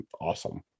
awesome